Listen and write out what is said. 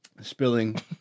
Spilling